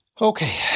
Okay